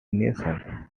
nation